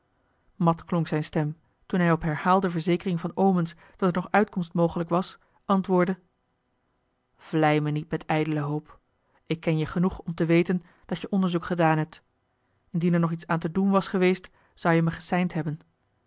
mat klonk zijne stem toen hij op de herhaalde verzekering van omens dat er nog uitkomst mogelijk was antwoordde vlei me niet met ijdele hoop ik ken je genoeg om te weten dat je onderzoek gedaan hebt indien er nog iets aan te doen was geweest zou je me geseind hebben